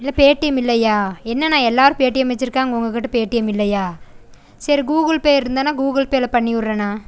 இல்லை பேட்டியம் இல்லையா என்னண்ணா எல்லோரும் பேட்டியம் வச்சுருக்காங்க உங்கள்கிட்ட பேட்டியம் இல்லையா சரி கூகுள்பே இருந்ததுனால் கூகுள் பேயில் பண்ணி விடுறண்ணா